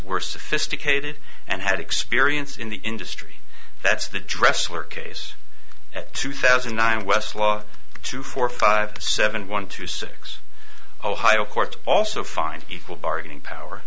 were sophisticated and had experience in the industry that's the dressler case at two thousand and nine westlaw two four five seven one two six ohio courts also find equal bargaining power